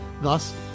Thus